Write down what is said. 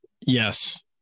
Yes